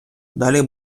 далі